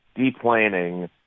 deplaning